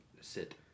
Sit